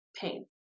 pain